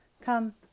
Come